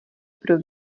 pro